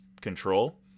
control